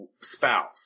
spouse